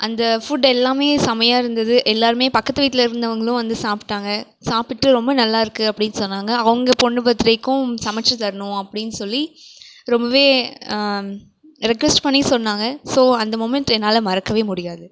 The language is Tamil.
அந்த ஃபுட் எல்லாமே செமையாக இருந்தது எல்லாருமே பக்கத்து வீட்டில் இருந்தவங்களும் வந்து சாப்பிடாங்க சாப்பிட்டு ரொம்ப நல்லா இருக்கு அப்படினு சொன்னாங்க அவங்க பொண்ணு பர்த்டேக்கும் சமைச்சு தரணும் அப்படினு சொல்லி ரொம்பவே ரெக்யூஸ்ட் பண்ணி சொன்னாங்க ஸோ அந்த மொமெண்ட் என்னால் மறக்கவே முடியாது